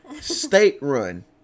State-run